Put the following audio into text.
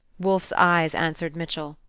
wolfe's eyes answered mitchell,